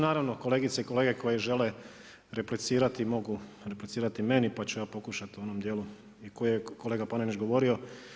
Naravno kolegice i kolege koje žele replicirati mogu replicirati meni, pa ću ja pokušati u onom dijelu kojem je i kolega Panenić govorio.